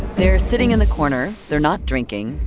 they're sitting in the corner. they're not drinking.